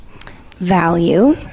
Value